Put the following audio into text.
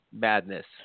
madness